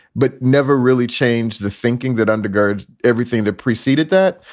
but never really change the thinking that undergirds everything that preceded that.